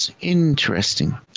Interesting